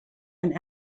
and